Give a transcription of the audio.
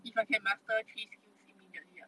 if I can master three skills immediately ah